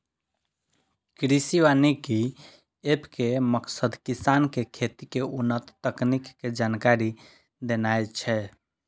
कृषि वानिकी एप के मकसद किसान कें खेती के उन्नत तकनीक के जानकारी देनाय छै